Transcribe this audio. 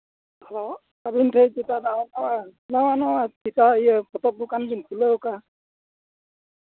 hello ᱟᱹᱵᱤᱱ ᱡᱷᱮᱴ ᱱᱟᱣᱟ ᱱᱟᱣᱟ ᱠᱤᱛᱟᱹᱵᱽ ᱤᱭᱟᱹ ᱯᱚᱛᱚᱵ ᱫᱚᱠᱟᱱ ᱵᱤᱱ ᱠᱷᱩᱞᱟᱹᱣ ᱠᱟᱜᱼᱟ